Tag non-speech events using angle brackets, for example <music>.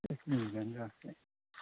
<unintelligible>